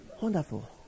wonderful